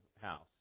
house